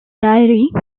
field